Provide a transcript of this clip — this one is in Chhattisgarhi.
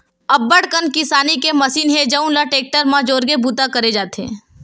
अब्बड़ कन किसानी के मसीन हे जउन ल टेक्टर म जोरके बूता करे जाथे